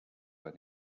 bei